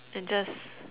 and just